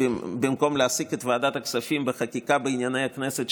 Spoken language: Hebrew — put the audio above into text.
במקום להעסיק את ועדת הכספים בחקיקה בענייני הכנסת,